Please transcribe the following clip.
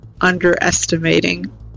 underestimating